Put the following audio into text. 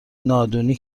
نادونی